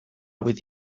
with